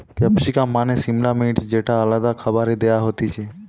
capsicum মানে সিমলা মির্চ যেটা আলাদা খাবারে দেয়া হতিছে